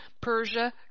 Persia